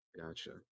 Gotcha